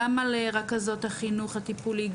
גם על רכזות החינוך הטיפולי,